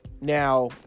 Now